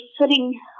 sitting